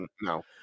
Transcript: No